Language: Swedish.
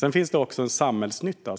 Det finns också en samhällsnytta.